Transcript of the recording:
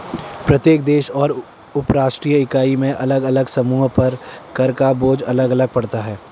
प्रत्येक देश और उपराष्ट्रीय इकाई में अलग अलग समूहों पर कर का बोझ अलग अलग पड़ता है